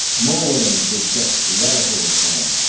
more willing to accept radical reform,